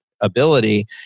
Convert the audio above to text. ability